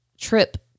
trip